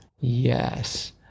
yes